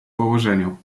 położeniu